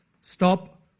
Stop